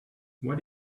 what